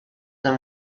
them